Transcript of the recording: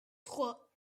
trois